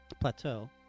Plateau